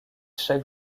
chaque